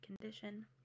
condition